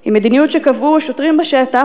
היא מדיניות שקבעו שוטרים בשטח,